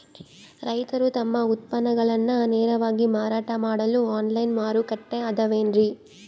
ರೈತರು ತಮ್ಮ ಉತ್ಪನ್ನಗಳನ್ನ ನೇರವಾಗಿ ಮಾರಾಟ ಮಾಡಲು ಆನ್ಲೈನ್ ಮಾರುಕಟ್ಟೆ ಅದವೇನ್ರಿ?